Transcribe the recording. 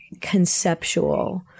conceptual